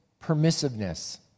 permissiveness